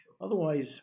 Otherwise